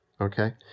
Okay